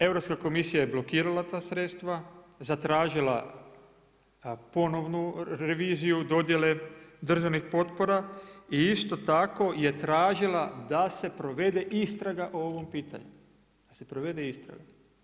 Europska komisija je blokirala ta sredstva, zatražila ponovnu reviziju dodjele državnih potpora i isto tako je tražila da se provede istraga o ovom pitanju, da se provede istraga.